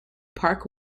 park